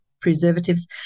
preservatives